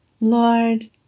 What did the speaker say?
Lord